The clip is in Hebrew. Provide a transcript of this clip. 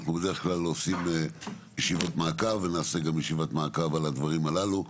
אנחנו בדרך כלל עושים ישיבות מעקב ונעשה גם ישיבת מעקב על הדברים הללו,